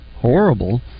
horrible